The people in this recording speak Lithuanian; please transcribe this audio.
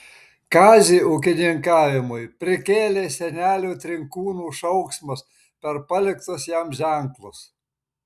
kazį ūkininkavimui prikėlė senelių trinkūnų šauksmas per paliktus jam ženklus